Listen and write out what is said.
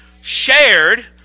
shared